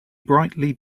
brightly